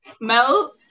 Mel